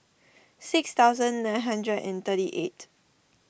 six thousand nine hundred and thirty eight